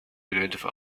elemente